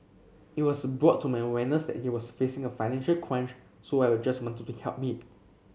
it was brought to my awareness that he was facing a financial crunch so I were just wanted to help me